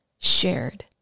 shared